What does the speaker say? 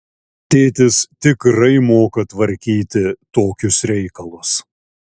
tėtis tikrai moka tvarkyti tokius reikalus